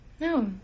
No